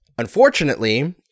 Unfortunately